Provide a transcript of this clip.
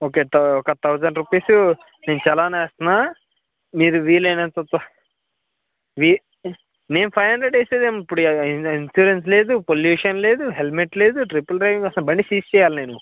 okay థౌ ఒక thousand rupees నేను చలనా వేస్తున్నా మీరు వీలైనంత త్వ వి నేను ఫైవ్ హండ్రెడ్ వేసేదేం ఇప్పుడు ఇన్స్యూరెన్స్ లేదు పొల్యూషన్ లేదు హెల్మెట్ లేదు ట్రిపుల్ డ్రైవింగ్ అసల బండి సీజ్ చెయ్యాలి నేను